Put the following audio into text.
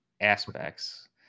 aspects